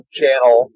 channel